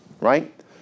right